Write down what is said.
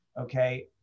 okay